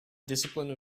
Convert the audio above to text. discipline